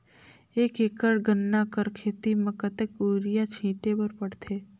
एक एकड़ गन्ना कर खेती म कतेक युरिया छिंटे बर पड़थे?